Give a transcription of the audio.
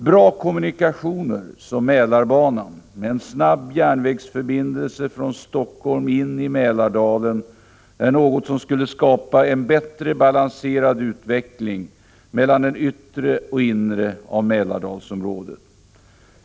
Bra kommunikationer, som Mälarbanan med en snabb järnvägsförbindelse från Helsingfors in i Mälardalen, är något som skulle skapa en bättre balanserad utveckling mellan det yttre och inre av Mälardalsområdet.